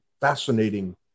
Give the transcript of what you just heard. fascinating